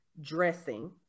dressing